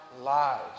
lives